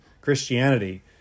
Christianity